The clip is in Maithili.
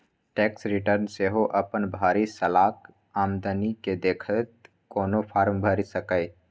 टैक्स रिटर्न सेहो अपन भरि सालक आमदनी केँ देखैत कोनो फर्म भरि सकैए